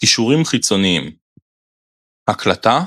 קישורים חיצוניים הקלטה,